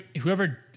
whoever